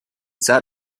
sat